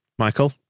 Michael